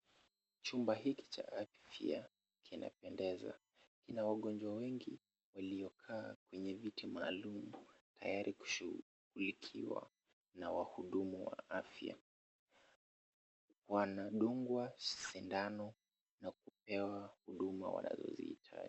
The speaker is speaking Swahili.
Chumba hiki cha faya kinapendeza. Kina wagonjwa wengi waliokaa kwenye viti maalum tayari kushughulikiwa na wahudumu wa afya. Wanadungwa sindano na kupewa huduma wanazozihitaji.